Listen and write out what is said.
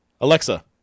Alexa